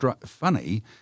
funny